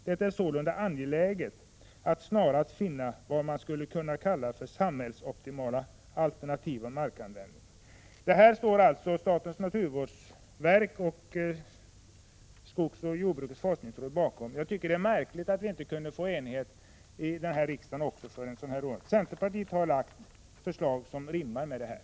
Det är sålunda angeläget att snarast finna vad man skulle kunna kalla den samhällsoptimala alternativa markanvändningen.” Detta står alltså statens naturvårdsverk och skogsoch jordbrukets forskningsråd bakom. Jag tycker att det är märkligt att vi inte kunnat nå enighet i riksdagen om en sådan ordning. Centerpartiet har lagt fram förslag som rimmar med detta.